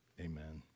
Amen